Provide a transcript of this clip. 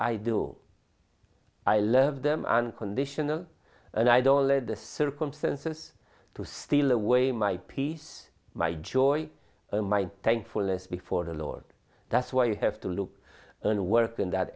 i do i love them unconditionally and i don't let the circumstances to steal away my peace my joy my thankfulness before the lord that's why i have to look and work in that